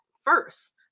first